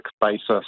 basis